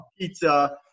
pizza